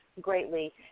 greatly